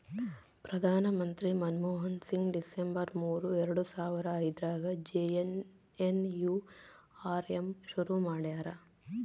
ಪ್ರಧಾನ ಮಂತ್ರಿ ಮನ್ಮೋಹನ್ ಸಿಂಗ್ ಡಿಸೆಂಬರ್ ಮೂರು ಎರಡು ಸಾವರ ಐದ್ರಗಾ ಜೆ.ಎನ್.ಎನ್.ಯು.ಆರ್.ಎಮ್ ಶುರು ಮಾಡ್ಯರ